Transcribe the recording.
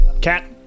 Cat